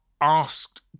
asked